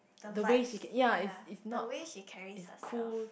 the vibes ya the way she carries herself